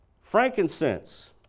Frankincense